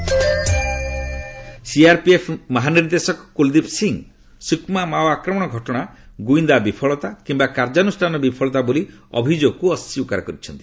CRPF DG CRPF ମହାନିର୍ଦ୍ଦେଶକ କୁଲ୍ଦୀପ ସିଂ ସୁକ୍ମା ମାଓ ଆକ୍ରମଣ ଘଟଣା ଗୁଇନ୍ଦା କିମ୍ବା କାର୍ଯ୍ୟାନୁଷ୍ଠାନ ବିଫଳତା ବୋଲି ଅଭିଯୋଗକୁ ଅସ୍ୱୀକାର କରିଛନ୍ତି